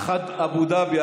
אבו דאבי.